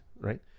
Right